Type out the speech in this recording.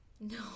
No